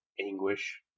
anguish